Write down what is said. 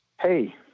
Hey